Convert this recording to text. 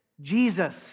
Jesus